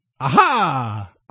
Aha